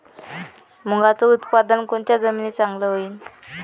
मुंगाचं उत्पादन कोनच्या जमीनीत चांगलं होईन?